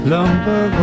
Lumber